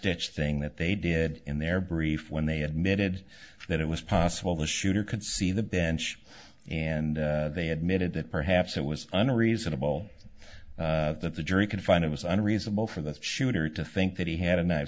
ditch thing that they did in their brief when they admitted that it was possible the shooter could see the bench and they admitted that perhaps it was unreasonable that the jury could find it was unreasonable for the shooter to think that he had a knife